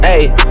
Ayy